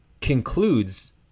concludes